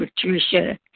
Patricia